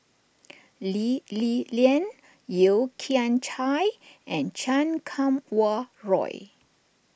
Lee Li Lian Yeo Kian Chai and Chan Kum Wah Roy